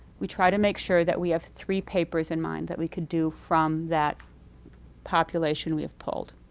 we try to make sure that we have three papers in mind that we could do from that population we have pulled.